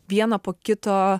vieną po kito